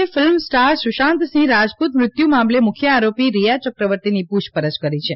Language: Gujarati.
એ ફિલ્મસ્ટાર સુશાંત સિંહ રાજપૂત મૃત્યુ મામલે મુખ્ય આરોપી રિયા યક્રવર્તીની પૂછપરછ કરી છે